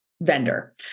vendor